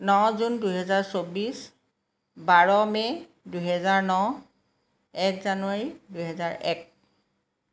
ন জুন দুহেজাৰ চৌব্বিছ বাৰ মে' দুহেজাৰ ন এক জানুৱাৰী দুহেজাৰ এক